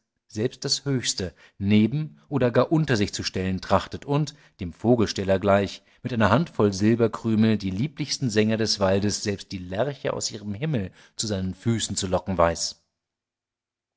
selbst das höchste neben oder gar unter sich zu stellen trachtet und dem vogelsteller gleich mit einer hand voll silberkrümel die lieblichsten sänger des waldes selbst die lerche aus ihrem himmel zu seinen füßen zu locken weiß